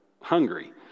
hungry